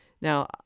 Now